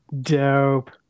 dope